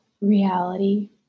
reality